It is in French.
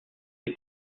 ses